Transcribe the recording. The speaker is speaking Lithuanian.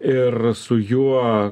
ir su juo